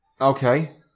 Okay